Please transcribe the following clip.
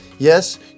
Yes